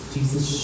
Jesus